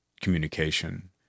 communication